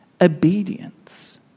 obedience